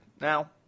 Now